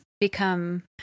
become